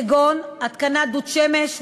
כגון התקנת דוד שמש,